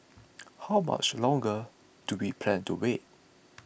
how much longer do we plan to wait